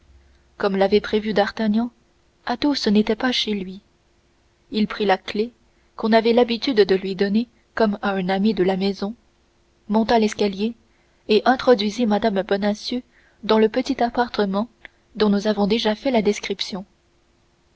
comme l'avait prévu d'artagnan athos n'était pas chez lui il prit la clef qu'on avait l'habitude de lui donner comme à un ami de la maison monta l'escalier et introduisit mme bonacieux dans le petit appartement dont nous avons déjà fait la description